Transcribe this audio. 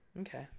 Okay